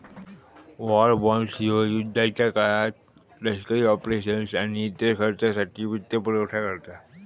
war bonds ह्यो युद्धाच्या काळात लष्करी ऑपरेशन्स आणि इतर खर्चासाठी वित्तपुरवठा करता